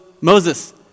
Moses